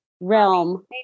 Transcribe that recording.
realm